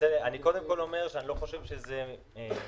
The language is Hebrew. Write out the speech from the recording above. קודם כול אומר שאני לא חושב שזה משהו